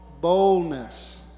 boldness